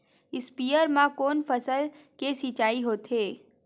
स्पीयर म कोन फसल के सिंचाई होथे?